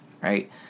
right